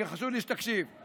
חשוב לי שתקשיב,